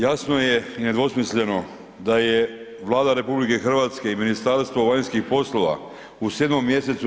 Jasno je i nedvosmisleno da je Vlada RH i Ministarstvo vanjskih poslova u 7. mj.